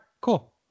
cool